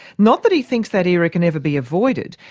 not that he thinks that era can ever be avoided,